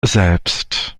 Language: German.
selbst